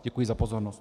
Děkuji za pozornost.